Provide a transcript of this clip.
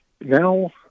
now